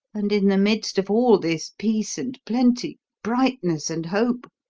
and in the midst of all this peace and plenty, brightness and hope,